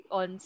on